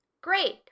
Great